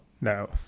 no